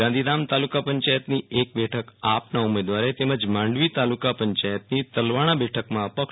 ગાંધીધામ તાલુકા પંચાયતની એક બેઠક આપના ઉમેદવાર તેમજ માંડવી તાલુકા પંચાયતના તલવાણા બેઠકમાં અપક્ષ